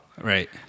Right